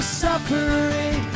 suffering